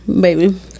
Baby